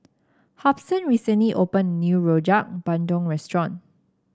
Hobson recently opened a new Rojak Bandung restaurant